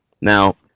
Now